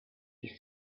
east